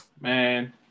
Man